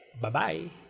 Bye-bye